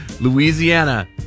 Louisiana